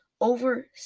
over